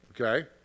okay